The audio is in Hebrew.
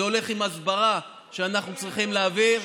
זה הולך עם הסברה שאנחנו צריכים להעביר,